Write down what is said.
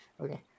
Okay